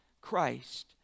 Christ